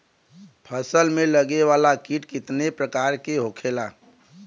फसल में लगे वाला कीट कितने प्रकार के होखेला?